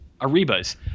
Ariba's